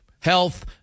Health